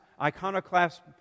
iconoclast